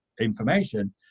information